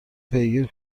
پیگیری